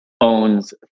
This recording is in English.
owns